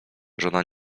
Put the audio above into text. żona